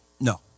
No